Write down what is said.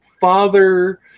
father